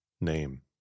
Name